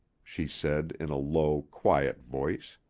she said in a low, quiet voice.